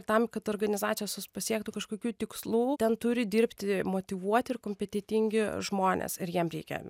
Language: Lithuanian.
tam kad organizacijos jos pasiektų kažkokių tikslų ten turi dirbti motyvuoti ir kompetentingi žmonės ir jiem reikia